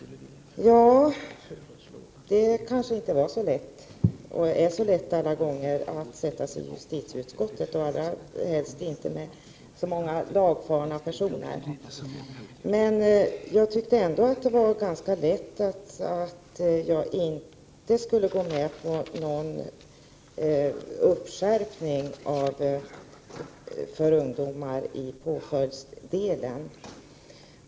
Nej, Karin Ahrland, det kanske inte är så lätt alla gånger att sätta sig i justitieutskottet, allra helst med så många lagfarna personer. Men jag tyckte ändå att det var ganska lätt för mig att bestämma mig för att jag inte skulle gå med på en skärpning av påföljdsdelen för ungdomar.